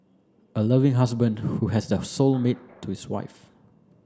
a loving husband who has the soul mate to his wife